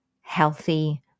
healthy